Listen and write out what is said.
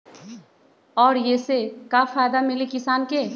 और ये से का फायदा मिली किसान के?